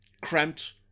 Cramped